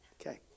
Okay